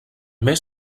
mes